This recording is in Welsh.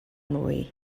mwy